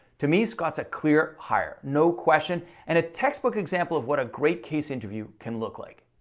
to me, scott's a clear hire no question and a textbook example of what a great case interview can look like.